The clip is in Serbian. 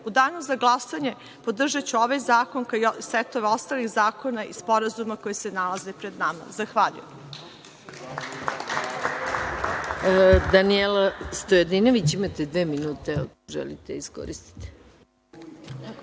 danu za glasanje podržaću ovaj zakon, kao i setove ostalih zakona i sporazuma koji se nalaze pred nama. Zahvaljujem.